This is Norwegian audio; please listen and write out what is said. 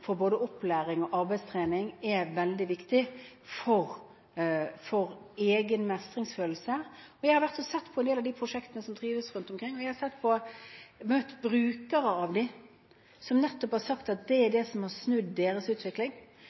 både opplæring og arbeidstrening, er veldig viktig for egen mestringsfølelse. Jeg har vært og sett på en del av de prosjektene som drives rundt omkring, og jeg har møtt brukerne av disse, som nettopp har sagt at det er det som har snudd deres utvikling.